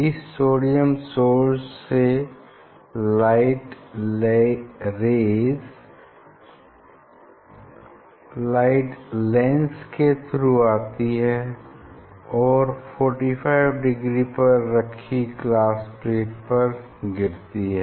इस sodium source से light lens के थ्रू आती है और 45 डिग्री पर रखी ग्लास प्लेट पर गिरती है